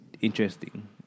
interesting